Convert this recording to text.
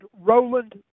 Roland